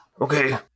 Okay